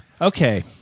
Okay